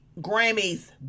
Grammys